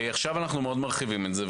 אנחנו עכשיו מאוד מרחיבים את זה.